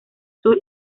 sur